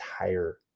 entire